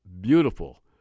beautiful